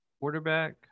Quarterback